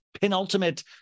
penultimate